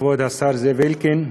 כבוד השר זאב אלקין,